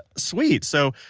sweet. so,